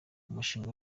umushinga